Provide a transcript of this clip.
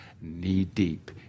knee-deep